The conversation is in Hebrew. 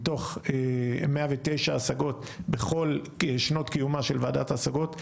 מתוך 109 השגות בכל שנות קיומה של ועדת ההשגות,